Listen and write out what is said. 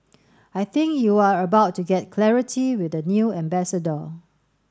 I think you are about to get clarity with the new ambassador